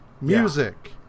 music